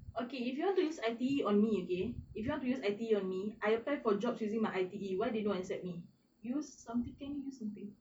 okay if you want to use I_T_E on me okay if you want to use I_T_E on me I apply for jobs using my I_T_E why they don't accept me use something can use something